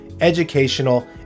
educational